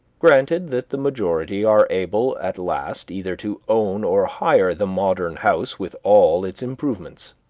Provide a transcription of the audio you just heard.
granted that the majority are able at last either to own or hire the modern house with all its improvements.